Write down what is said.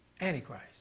Antichrist